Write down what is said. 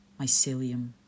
mycelium